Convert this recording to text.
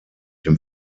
dem